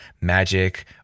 magic